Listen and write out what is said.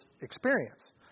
experience